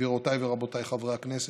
גבירותיי ורבותיי חברי הכנסת,